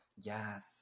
Yes